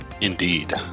indeed